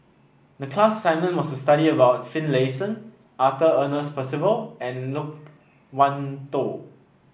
the class assignment was study of a Finlayson Arthur Ernest Percival and Loke Wan Tho